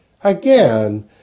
Again